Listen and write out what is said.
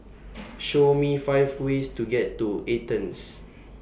Show Me five ways to get to Athens